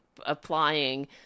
applying